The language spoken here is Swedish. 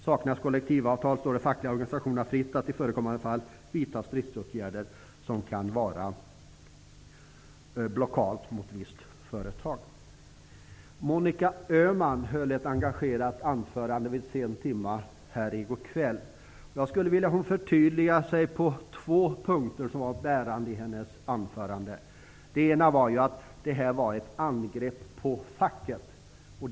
Saknas kollektivavtal står det de fackliga organisationerna fritt att i förekommande fall vidta stridsåtgärd, som kan vara blockad mot visst företag. Monica Öhman hade ett engagerat anförande sent här i går kväll. Jag skulle vilja att hon förtydligade sig på två punkter som var bärande i hennes anförande. Den ena punkten gällde att det här är ett angrepp på facket.